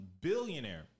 billionaire